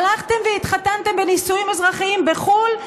הלכתם והתחתנתם בנישואים אזרחיים בחו"ל,